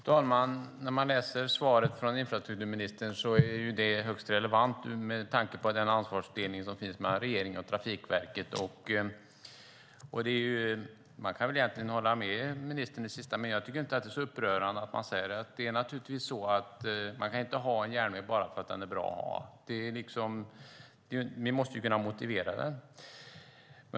Fru talman! Svaret från infrastrukturministern är högst relevant med tanke på den ansvarsfördelning som finns mellan regeringen och Trafikverket. Man kan väl hålla med ministern. Jag tycker inte att det är så upprörande. Man kan naturligtvis inte ha en järnväg bara för att den är bra att ha. Vi måste kunna motivera.